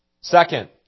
Second